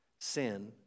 Sin